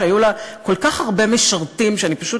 שהיו לה כל כך הרבה משרתים שאני פשוט